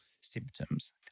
symptoms